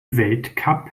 weltcup